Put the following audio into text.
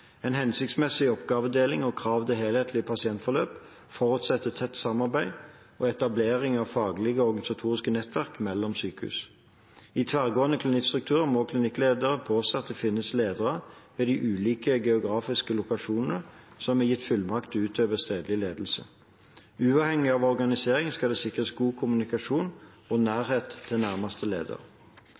En hensiktsmessig oppgavedeling og krav til helhetlige pasientforløp forutsetter tett samarbeid og etablering av faglige og organisatoriske nettverk mellom sykehus. I en tverrgående klinikkstruktur må klinikklederen påse at det finnes ledere ved de ulike geografiske lokasjonene som er gitt fullmakter til å utøve stedlig ledelse. Uavhengig av organisering skal det sikres god kommunikasjon og nærhet til nærmeste leder.